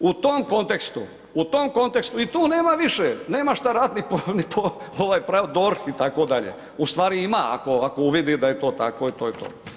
U tom kontekstu, u tom kontekstu, i tu nema više, nema šta raditi ni DORH, itd., ustvari ima, ako uvidi da je to tako i to je to.